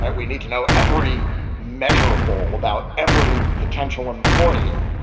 ah we need to know every measurable about every potential employee,